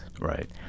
Right